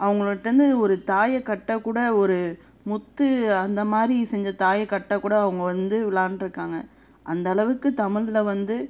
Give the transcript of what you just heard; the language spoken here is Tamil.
அவங்களுட்ட இருந்து ஒரு தாயக்கட்டை கூட ஒரு முத்து அந்த மாதிரி செஞ்ச தாயக்கட்டை கூட அவங்க வந்து விளாண்ட்டிருக்காங்க அந்தளவுக்கு தமிழ்ல வந்து